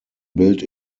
built